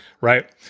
Right